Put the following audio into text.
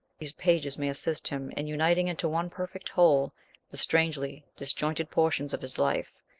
these pages may assist him in uniting into one perfect whole the strangely disjointed portions of his life,